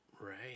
Right